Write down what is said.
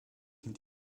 mit